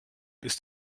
ist